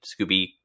Scooby